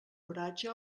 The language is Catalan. oratge